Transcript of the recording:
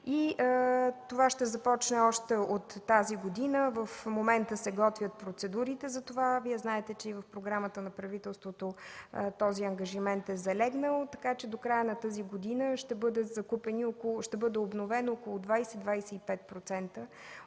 Това ще започне още от тази година. В момента се готвят процедурите за това. Вие знаете, че и в програмата на правителството този ангажимент е залегнал, така че до края на тази година ще бъдат обновени около 20-25%